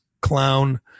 clown